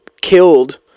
killed